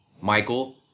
Michael